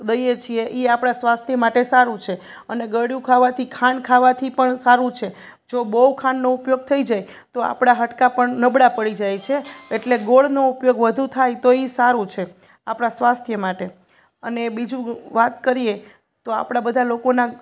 દઈએ છીએ એ આપણાં સ્વાસ્થ્ય માટે સારું છે અને ગળ્યું ખાવાથી ખાંડ ખાવાથી પણ સારું છે જો બહુ ખાંડનો ઉપયોગ થઈ જાય તો આપણાં હાડકાં પણ નબળાં પડી જાય છે એટલે ગોળનો ઉપયોગ વધુ થાય તો એ સારું છે આપણાં સ્વાસ્થ્ય માટે અને બીજું વાત કરીએ તો આપણાં બધા લોકોના